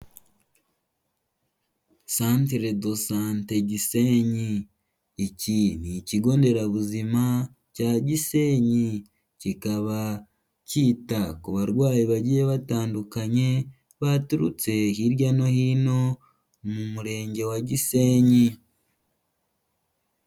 Centre de Sante Gisenyi, iki ni Ikigonderabuzima cya gisenyi, kikaba cyita ku barwayi bagiye batandukanye, baturutse hirya no hino mu Murenge wa Gisenyi.